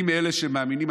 אני מאלה שמאמינים,